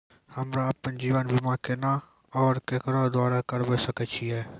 हमरा आपन जीवन बीमा केना और केकरो द्वारा करबै सकै छिये?